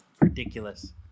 Ridiculous